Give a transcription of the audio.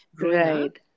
Right